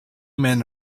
men